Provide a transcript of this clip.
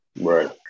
Right